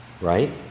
right